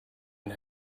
and